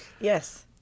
Yes